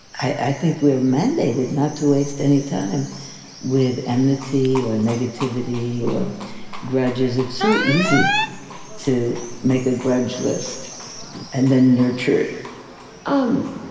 i think, we are mandated not to waste any time with enmity or negativity or grudges. it's so easy to make a grudge list and then nurture it. um